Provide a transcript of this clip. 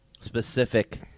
specific